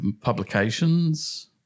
publications